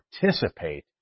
participate